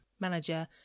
manager